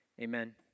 Amen